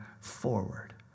forward